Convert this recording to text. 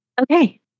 Okay